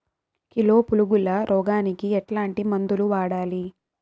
Kilo పులుగుల రోగానికి ఎట్లాంటి మందులు వాడాలి?